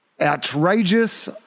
outrageous